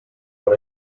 per